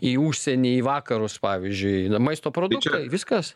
į užsienį į vakarus pavyzdžiui maisto produktai viskas